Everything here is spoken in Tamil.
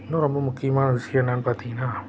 இன்னும் ரொம்ப முக்கியமான விஷயம் என்னன்னு பார்த்தீங்கன்னா